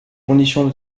conditions